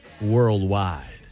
worldwide